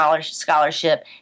scholarship